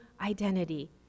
identity